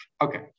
Okay